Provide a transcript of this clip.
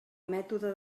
mètode